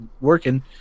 working